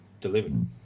delivered